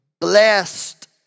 Blessed